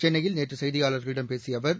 சென்னையில் நேற்று செய்தியாளர்களிடம் பேசிய அவர்